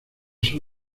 sus